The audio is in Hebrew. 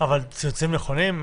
אבל ציוצים נכונים?